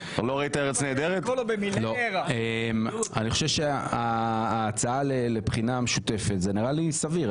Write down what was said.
אני חושב שההצעה לוועדה משותפת נראית לי סבירה.